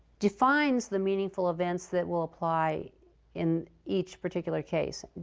defines the meaningful events that will apply in each particular case.